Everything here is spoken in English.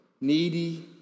needy